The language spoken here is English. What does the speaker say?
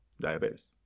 diabetes